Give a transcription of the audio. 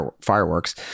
fireworks